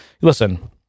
listen